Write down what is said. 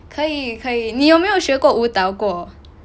可以可以你有没有学过舞蹈过